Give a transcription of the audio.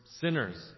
sinners